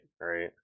right